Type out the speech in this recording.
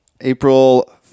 april